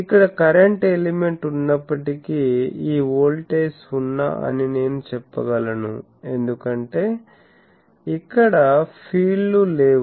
ఇక్కడ current element ఉన్నప్పటికీ ఈ వోల్టేజ్ సున్నా అని నేను చెప్పగలను ఎందుకంటే ఇక్కడ ఫీల్డ్లు లేవు